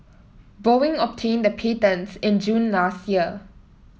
Boeing obtained the patents in June last year